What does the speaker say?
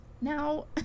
now